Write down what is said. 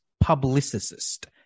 publicist